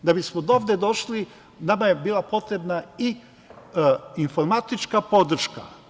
Da bismo do ovde došli nama je bila potrebna i informatička podrška.